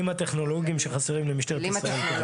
הטכנולוגיים שחסרים למשטרת ישראל.